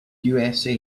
usa